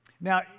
Now